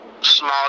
small